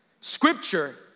Scripture